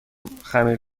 خمیر